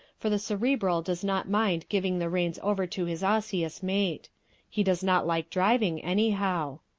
for the cerebral does not mind giving the reins over to his osseous mate he does not like driving anyhow.